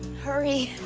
hurry.